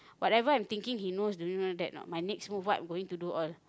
whatever I'm thinking he knows do you know that another my next move what am I going to do all